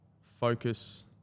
focus